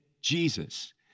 Jesus